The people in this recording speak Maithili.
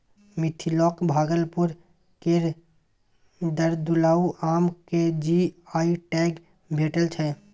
मिथिलाक भागलपुर केर जर्दालु आम केँ जी.आई टैग भेटल छै